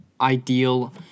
ideal